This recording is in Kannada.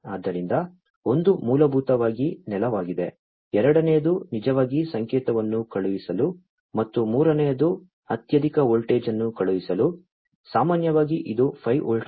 ಆದ್ದರಿಂದ ಒಂದು ಮೂಲಭೂತವಾಗಿ ನೆಲವಾಗಿದೆ ಎರಡನೆಯದು ನಿಜವಾಗಿ ಸಂಕೇತವನ್ನು ಕಳುಹಿಸಲು ಮತ್ತು ಮೂರನೆಯದು ಅತ್ಯಧಿಕ ವೋಲ್ಟೇಜ್ ಅನ್ನು ಕಳುಹಿಸಲು ಸಾಮಾನ್ಯವಾಗಿ ಇದು 5 ವೋಲ್ಟ್ಗಳು